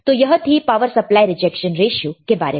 तो यह थी पावर सप्लाई रिजेक्शन रेश्यो के बारे में